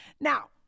Now